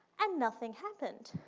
and nothing happened.